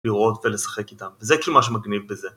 לראות ולשחק איתם וזה כאילו מה שמגניב בזה